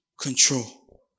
control